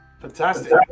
Fantastic